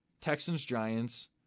Texans-Giants